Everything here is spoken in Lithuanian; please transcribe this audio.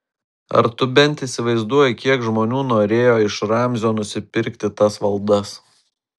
ar tu bent įsivaizduoji kiek žmonių norėjo iš ramzio nusipirkti tas valdas